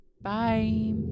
Bye